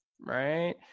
right